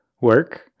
work